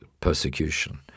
persecution